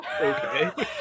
Okay